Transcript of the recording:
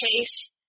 case